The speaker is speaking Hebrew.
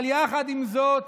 אבל יחד עם זאת,